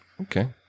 Okay